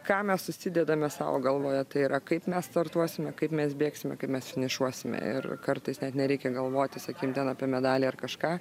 ką mes susidedame savo galvoje tai yra kaip mes startuosime kaip mes bėgsime kaip mes finišuosime ir kartais net nereikia galvoti sakym ten apie medalį ar kažką